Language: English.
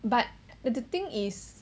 but the thing is